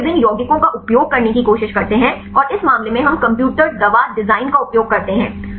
तो हम विभिन्न यौगिकों का उपयोग करने की कोशिश करते हैं और इस मामले में हम कंप्यूटर दवा डिजाइन का उपयोग करते हैं